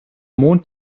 mond